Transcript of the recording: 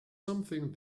something